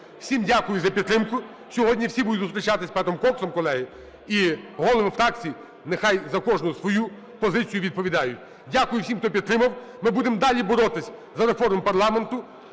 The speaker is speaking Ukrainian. Всім дякую за підтримку. Сьогодні всі будуть зустрічатися з Петом Коксом, колеги, і голови фракцій нехай за кожну свою позицію відповідають. Дякую всім, хто підтримав. Ми будемо далі боротися за реформи парламенту.